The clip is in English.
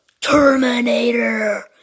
Terminator